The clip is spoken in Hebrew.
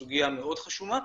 זו סוגיה מאוד חשובה.